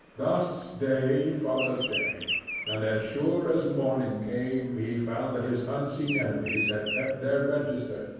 thus day followed day and as sure as morning came he found that his unseen enemies had kept their register,